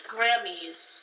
Grammys